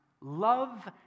love